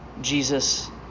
Jesus